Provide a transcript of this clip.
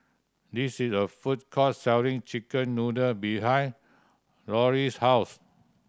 this is a food court selling chicken noodle behind Lauri's house